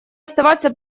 оставаться